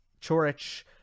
Chorich